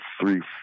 three